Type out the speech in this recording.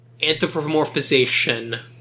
anthropomorphization